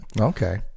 okay